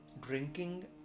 drinking